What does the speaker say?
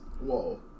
Whoa